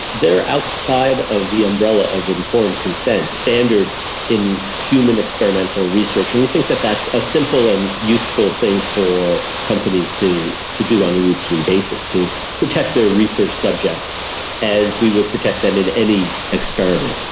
they're outside of the umbrella of informed consent standard in human experimental research. and we think that's a simple and useful thing for companies to to do on a routine basis to protect their research subjects as we would protect them in any experiment.